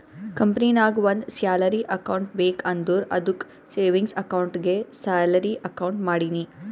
ಕಂಪನಿನಾಗ್ ಒಂದ್ salary account ಬೇಕ್ ಅಂದುರ್ ಅದ್ದುಕ್ ಸೇವಿಂಗ್ಸ್ ಅಕೌಂಟ್ಗೆ ಸ್ಯಾಲರಿ ಅಕೌಂಟ್ ಮಾಡಿನಿ